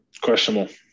questionable